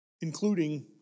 including